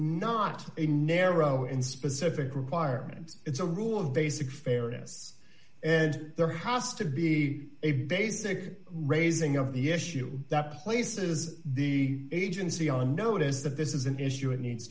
not a narrow and specific requirement it's a rule of basic fairness and there has to be a basic raising of the issue that places the agency on notice that this is an issue it needs